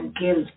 guilt